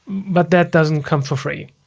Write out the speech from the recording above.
but that doesn't come for free.